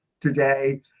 today